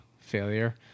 failure